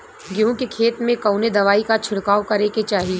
गेहूँ के खेत मे कवने दवाई क छिड़काव करे के चाही?